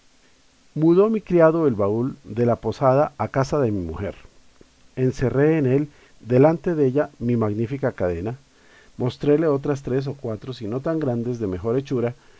mudó mi criado el baúl de la posada a casa de mi mujer encerré en él delante della mi magnífica cadena mostréle otras tres o cuatro si no tan grandes de mejor hechura